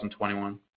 2021